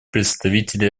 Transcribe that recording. представителя